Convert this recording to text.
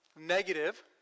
negative